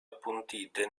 appuntite